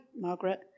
margaret